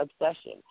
obsession